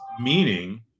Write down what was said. meaning